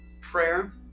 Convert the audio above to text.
Prayer